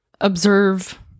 observe